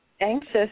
anxious